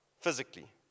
Physically